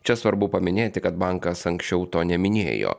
čia svarbu paminėti kad bankas anksčiau to neminėjo